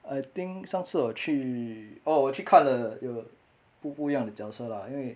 I think 上次我有去 oh 我有去看了不不一样的脚车 lah 因为